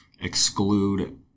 exclude